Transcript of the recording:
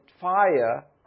fire